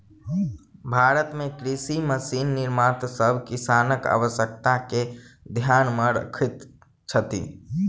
भारत मे कृषि मशीन निर्माता सभ किसानक आवश्यकता के ध्यान मे रखैत छथि